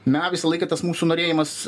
na visą laiką tas mūsų norėjimas